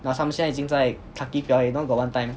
then some 已经在 clarke quay 表演 you know got one time